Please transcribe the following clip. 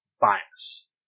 Bias